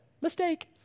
Mistake